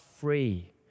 free